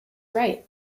right